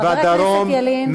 חבר הכנסת ילין,